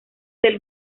del